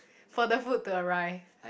for the food to arrive